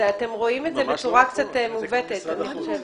ואתם רואים את זה בצורה קצת מעוותת, אני חושבת.